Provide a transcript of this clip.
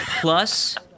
plus